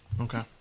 Okay